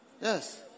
Yes